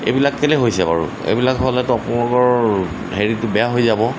এইবিলাক কেলৈ হৈছে বাৰু এইবিলাক হ'লেতো আপোনালোকৰ হেৰিটো বেয়া হৈ যাব